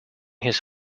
his